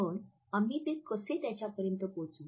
पण आम्ही ते कसे त्याच्यापर्यंत पोहोचवू